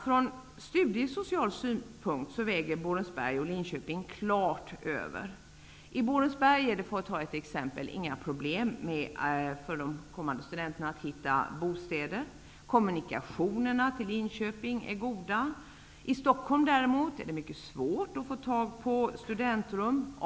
Från studiesocial synpunkt väger Borensberg och Linköping klart över. I Borensberg är det, för att ta ett exempel, inga problem för studenterna att hitta bostad. Kommunikationerna till Linköping är goda. I Stockholm är det däremot mycket svårt att få tag på ett studentrum.